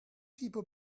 people